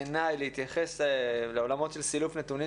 בעיניי להתייחס לעולמות של סילוף נתונים,